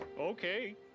Okay